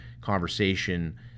conversation